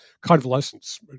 convalescence